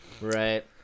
right